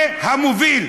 תהיה המוביל.